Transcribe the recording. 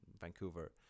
Vancouver